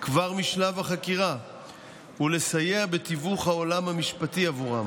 כבר משלב החקירה ולסייע בתיווך העולם המשפטי עבורם.